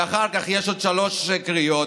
ואחר כך יש עוד שלוש קריאות,